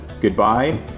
goodbye